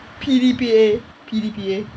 P_D_P_A P_D_P_A